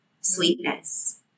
sweetness